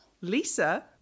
Lisa